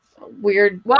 weird